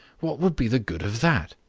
what would be the good of that?